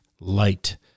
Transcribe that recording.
light